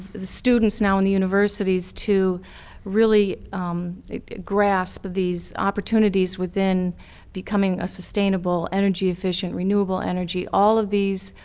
the students now in the universities, to really grasp these opportunities within becoming a sustainable energy efficient renewable energy. all of these